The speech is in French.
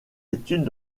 études